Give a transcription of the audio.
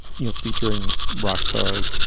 you're featuring rock stars.